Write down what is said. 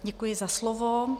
Děkuji za slovo.